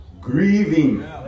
grieving